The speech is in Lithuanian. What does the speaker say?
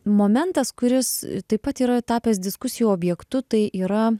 momentas kuris taip pat yra tapęs diskusijų objektu tai yra